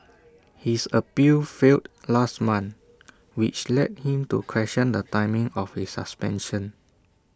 his appeal failed last month which led him to question the timing of his suspension